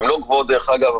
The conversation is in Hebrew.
הן לא גבוהות דרך אגב,